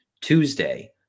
Tuesday